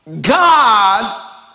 God